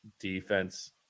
defense